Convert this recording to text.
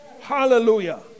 Hallelujah